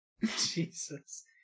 jesus